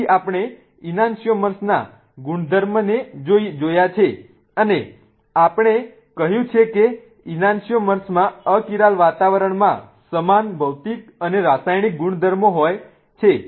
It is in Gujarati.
તેથી આપણે ઈનાન્સિઓમર્સના ગુણધર્મોને જોયા છે અને આપણે કહ્યું છે કે ઈનાન્સિઓમર્સમાં અકિરાલ વાતાવરણમાં સમાન ભૌતિક અને રાસાયણિક ગુણધર્મો હોય છે